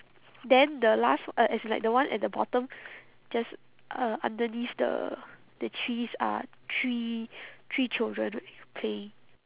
then the last uh as in like the one at the bottom just uh underneath the the trees uh three three children right playing